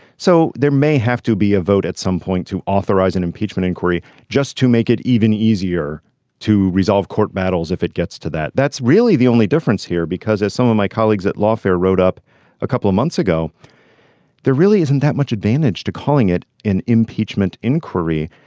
so there may have to be a vote at some point to authorize an impeachment inquiry just to make it even easier to resolve court battles if it gets to that. that's really the only difference here because as some of my colleagues at lawfare wrote up a couple of months ago there really isn't that much advantage to calling it an impeachment inquiry.